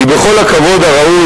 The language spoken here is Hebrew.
כי בכל הכבוד הראוי,